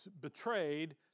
betrayed